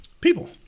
People